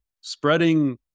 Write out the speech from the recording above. spreading